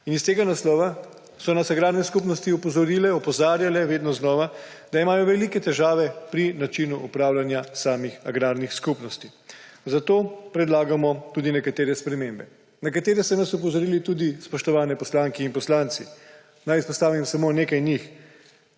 Iz tega naslova so nas agrarne skupnosti opozarjale vedno znova, da imajo velike težave pri načinu upravljanja agrarnih skupnosti. Zato predlagamo tudi nekatere spremembe. Na nekatere so nas opozorili tudi spoštovani poslanke in poslanci. Naj izpostavim samo nekaj njih: